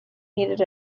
needed